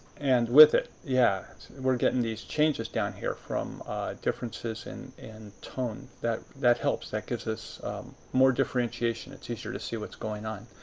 and with it. yeah we're getting these changes down here from differences in and tone. that that helps that gives us more differentiation. it's easier to see what's going on.